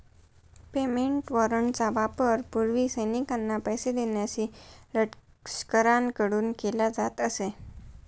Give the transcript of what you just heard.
payment वॉरंटचा वापर पूर्वी सैनिकांना पैसे देण्यासाठी लष्कराकडून केला जात असे